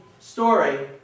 Story